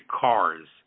cars